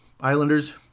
Islanders